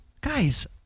Guys